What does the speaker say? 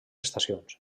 estacions